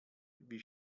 wie